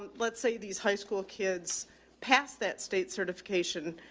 let's say these high school kids pass that state certification,